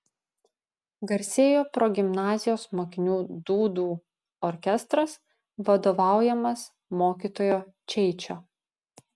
garsėjo progimnazijos mokinių dūdų orkestras vadovaujamas mokytojo čeičio